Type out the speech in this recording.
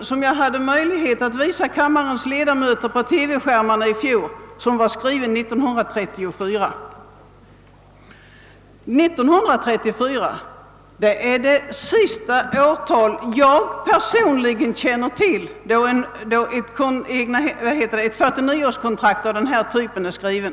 som jag hade möjlighet att visa kammarens ledamöter på TV-skärmarna i fjol och som var skrivet år 1934. 1934 är det senaste årtal jag känner till då ett 49-årskontrakt av denna typ är skrivet.